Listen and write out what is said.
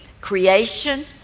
creation